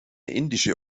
indische